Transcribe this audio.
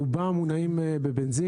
רובם, כידוע, מונעים בבנזין.